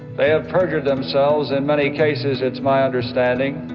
they have perjured themselves in many cases it's my understanding,